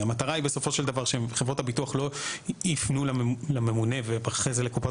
המטרה היא בסופו של דבר שחברות הביטוח לא יפנו לממונה ואחרי זה לקופות